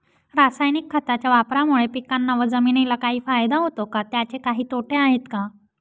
रासायनिक खताच्या वापरामुळे पिकांना व जमिनीला काही फायदा होतो का? त्याचे काही तोटे आहेत का?